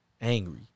angry